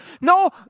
No